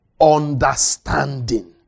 understanding